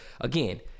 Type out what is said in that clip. again